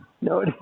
No